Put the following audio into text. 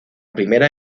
primera